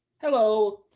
Hello